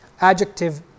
adjective